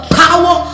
power